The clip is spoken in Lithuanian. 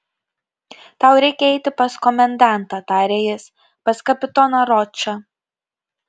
tau reikia eiti pas komendantą tarė jis pas kapitoną ročą